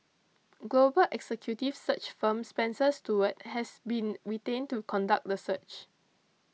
global executive search firm Spencer Stuart has been retained to conduct the search